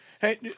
Hey